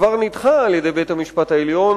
כבר נדחה על-ידי בית-המשפט העליון.